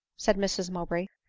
said mrs mowbray.